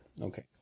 Okay